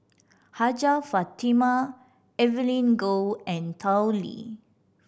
Hajjah Fatimah Evelyn Goh and Tao Li